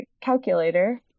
calculator